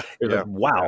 wow